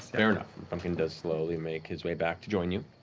fair enough. frumpkin does slowly make his way back to join you.